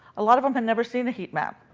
a lot of them have never seen a heat map.